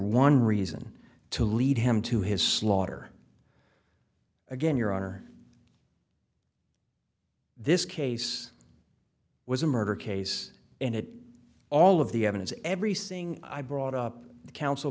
one reason to lead him to his slaughter again your honor this case was a murder case and it all of the evidence every saying i brought up the coun